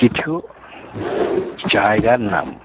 কিছু জায়গা নাম